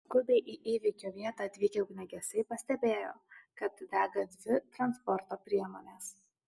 skubiai į įvykio vietą atvykę ugniagesiai pastebėjo kad dega dvi transporto priemonės